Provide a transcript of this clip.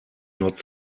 not